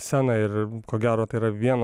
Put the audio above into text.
sceną ir ko gero tai yra vien